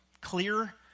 clear